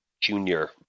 junior